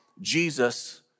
Jesus